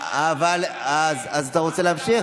אז אתה רוצה להמשיך?